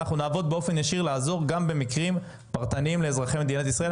אנחנו נעבוד באופן ישיר לעזור גם במקרים פרטניים לאזרחי מדינת ישראל.